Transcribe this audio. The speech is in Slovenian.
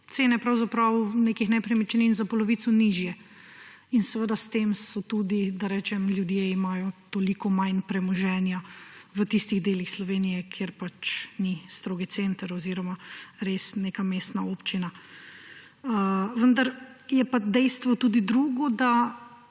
cene pravzaprav nekih nepremičnin za polovico nižje in seveda s tem tudi, da rečem, ljudje imajo toliko manj premoženja v tistih delih Slovenije, kjer pač ni strogi center oziroma res neka mestna občina. Vendar je pa dejstvo tudi drugo, da